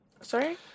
Sorry